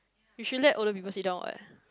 you should let older people sit down what